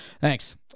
Thanks